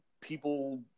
people